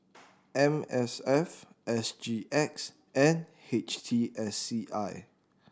M S F S G X and H T S C I